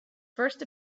first